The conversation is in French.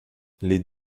les